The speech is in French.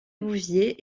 bouvier